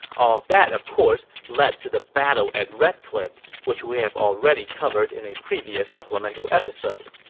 all of that, of course, led to the battle at red cliff, which we have already covered in a previous supplemental episode